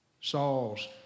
Saul's